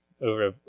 over